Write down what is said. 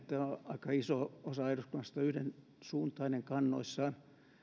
aika iso osa eduskunnasta on yhdensuuntainen kannoissaan